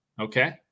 okay